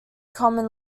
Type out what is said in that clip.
common